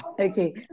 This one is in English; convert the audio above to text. okay